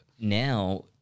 now